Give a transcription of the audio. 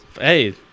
Hey